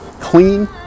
clean